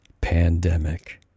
pandemic